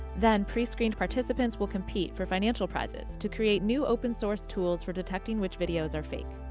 then pre-screened participants will compete for financial prizes to create new open source tools for detecting which videos are fake.